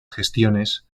gestiones